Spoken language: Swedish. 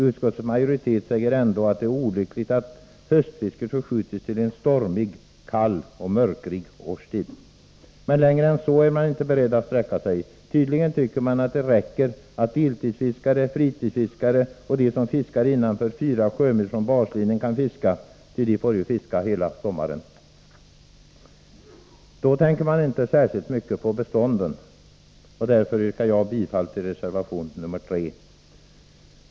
Utskottets majoritet säger ändå att det är olyckligt att höstfisket förskjuts till en stormig, kall och mörk årstid. Men längre än så är man inte beredd att sträcka sig. Tydligen tycker man att det räcker att deltidsfiskare, fritidsfiskare och de som fiskar innanför 4 sjömil från baslinjen kan fiska, ty de får ju fiska hela sommaren. Då tänker man inte särskilt mycket på bestånden. Därför yrkar jag bifall till reservation nr 3.